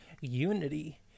unity